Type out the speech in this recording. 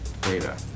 data